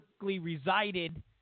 resided